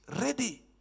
ready